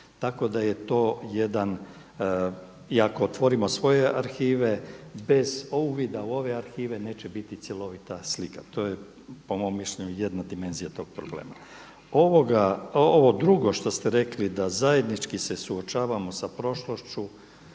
Tako da je to jedan, i ako otvorimo svoje arhive bez uvida u ove arhive neće biti cjelovita slika. To je po mom mišljenju jedna dimenzija tog problema. Ovo drugo što ste rekli da zajednički se suočavamo sa prošlošću,